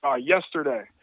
yesterday